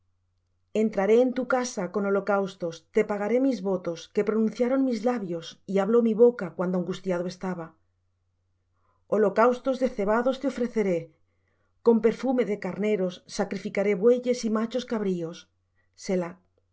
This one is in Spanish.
entraré en tu casa con holocaustos te pagaré mis votos que pronunciaron mis labios y habló mi boca cuando angustiado estaba holocaustos de cebados te ofreceré con perfume de carneros sacrificaré bueyes y machos cabríos selah venid oid